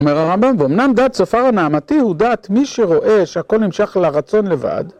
אומר הרמב״ם, ואומנם דעת צופר הנעמתי הוא דעת מי שרואה שהכל נמשך לרצון לבד.